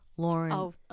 Lauren